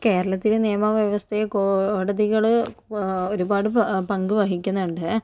കേരളത്തിലെ നിയമവ്യവസ്ഥയിൽ കോടതികള് ഒരുപാട് പങ്ക് വഹിക്കുന്നുണ്ട്